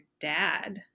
dad